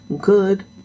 good